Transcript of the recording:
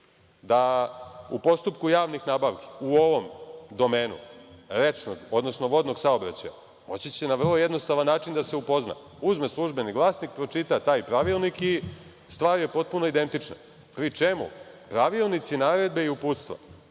da u postupku javnih nabavki u ovom domenu, rečnog, odnosno vodnog saobraćaja, moći će na vrlo jednostavan način da se upozna. Uzme „Službeni glasnik“, pročita taj pravilnik i stvar je potpuno identična, pri čemu pravilnici, naredbe i uputstva